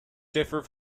differ